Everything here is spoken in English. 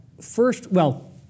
first—well